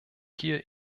hier